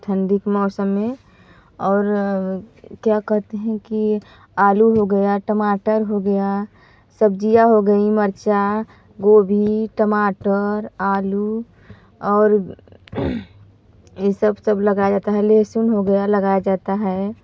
ठंडी के मौसम में और क्या कहते हैं कि आलू हो गया टमाटर हो गया सब्ज़ियाँ हो गईं मर्चा गोभी टमाटर आलू और ए सब सब लगाया जाता है लहसुन हो गया लगाया जाता है